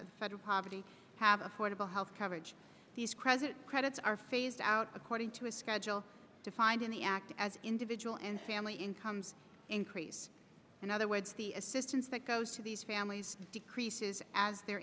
of federal poverty have affordable health coverage these credits credits are phased out according to a schedule defined in the act as individual and family incomes increase in other words the assistance that goes to these families decreases as their